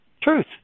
truth